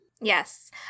Yes